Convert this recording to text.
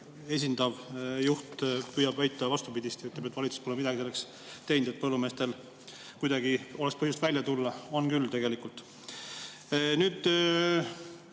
esindav juht püüab väita vastupidist ja ütleb, et valitsus pole midagi selleks teinud, et põllumeestel oleks põhjust välja tulla. On küll tegelikult. Kui